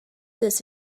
this